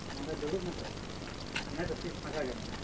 ᱚᱸᱰᱮ ᱫᱩᱲᱩᱵ ᱢᱮᱛᱚ ᱚᱱᱮ ᱛᱚ ᱥᱤᱴ ᱯᱷᱟᱸᱠᱟ ᱜᱮ ᱢᱮᱱᱟᱜᱼᱟ